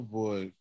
boy